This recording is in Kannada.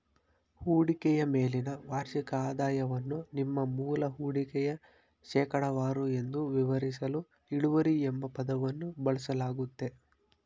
ಹೂಡಿಕೆಯ ಮೇಲಿನ ವಾರ್ಷಿಕ ಆದಾಯವನ್ನು ನಿಮ್ಮ ಮೂಲ ಹೂಡಿಕೆಯ ಶೇಕಡವಾರು ಎಂದು ವಿವರಿಸಲು ಇಳುವರಿ ಎಂಬ ಪದವನ್ನು ಬಳಸಲಾಗುತ್ತೆ